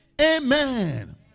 Amen